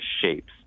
shapes